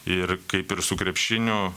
ir kaip ir su krepšiniu